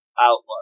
outlook